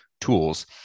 tools